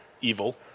evil